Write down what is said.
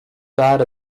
bad